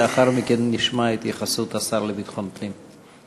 לאחר מכן נשמע את התייחסות השר לביטחון פנים.